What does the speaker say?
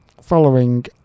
following